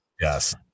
yes